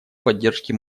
поддержке